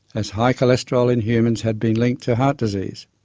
as high cholesterol in humans had been linked to heart disease.